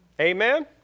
Amen